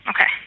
Okay